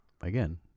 again